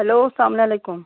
hello السلام علیکُم